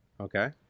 Okay